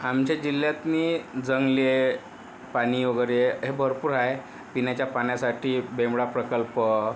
आमच्या जिल्ह्यातनी जंगले पाणी वगैरे हे भरपूर आहे पिण्याच्या पाण्यासाठी बेमडा प्रकल्प